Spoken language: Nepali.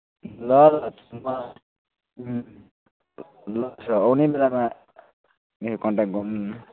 ल ल त्यसो भए आउने बेलामा मेरो कन्ट्याक्ट गर्नु नि